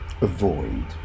avoid